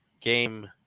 game